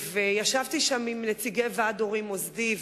ישבתי שם עם נציגי ועד הורים מוסדי.